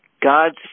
God's